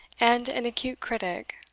and an acute critic,